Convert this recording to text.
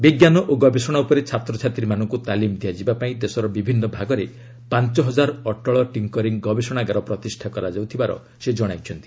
ବିଜ୍ଞାନ ଓ ଗବେଷଣା ଉପରେ ଛାତ୍ରଛାତ୍ରୀମାନଙ୍କ ତାଲିମ୍ ଦିଆଯିବା ପାଇଁ ଦେଶର ବିଭିନ୍ନ ଭାଗରେ ପାଞ୍ଚ ହଜାର ଅଟଳ ଟିଙ୍କରିଂ ଗବେଷଣାଗାର ପ୍ରତିଷ୍ଠା କରାଯାଉଥିବାର ସେ ଜଣାଇଛନ୍ତି